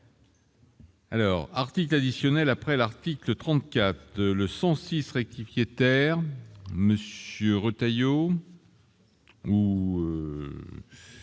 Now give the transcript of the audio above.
Alors article additionnel après l'article 34 le 106 rectifier monsieur Retailleau.